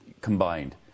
Combined